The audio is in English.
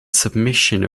submission